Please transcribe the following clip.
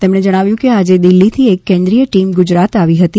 તેમણે જણાવ્યુ કે આજે દિલ્હીથી એક કેન્રીલોય ટીમ ગુજરાત આવી હતી